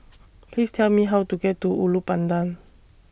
Please Tell Me How to get to Ulu Pandan